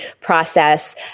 process